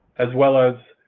as well as